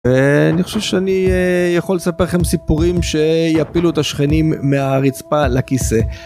אני חושב שאני יכול לספר לכם סיפורים שיפילו את השכנים מהרצפה לכיסא.